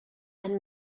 and